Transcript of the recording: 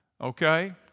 okay